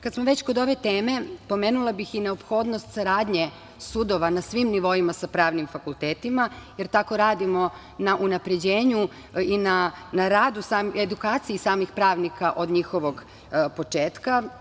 Kad smo već kod ove teme, pomenula bih i neophodnost saradnje sudova na svim nivoima sa pravnim fakultetima, je tako radimo na unapređenju i na edukaciji samih pravnika od njihovog početka.